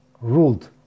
ruled